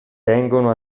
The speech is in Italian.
tengono